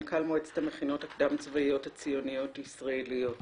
מנכ"ל מועצת המכינות הציוניות הישראליות הקדם-צבאיות.